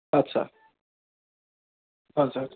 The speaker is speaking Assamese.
আচ্ছা আচ্ছা আচ্ছা